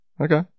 Okay